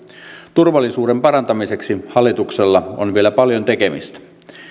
turvallisuuden parantamiseksi hallituksella on vielä paljon tekemistä